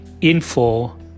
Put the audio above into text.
info